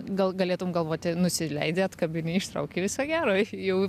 gal galėtum galvoti nusileidi atkabini ištrauki viso gero jau